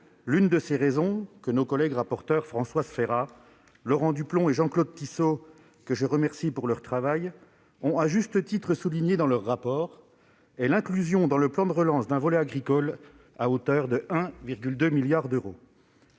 L'une d'entre elles, que nos collègues Françoise Férat, Laurent Duplomb et Jean-Claude Tissot, que je remercie de leur travail, ont à juste titre soulignée dans leur rapport pour avis, est l'inclusion dans le plan de relance d'un volet agricole à hauteur de 1,2 milliard d'euros.